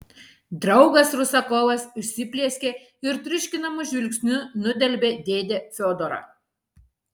draugas rusakovas užsiplieskė ir triuškinamu žvilgsniu nudelbė dėdę fiodorą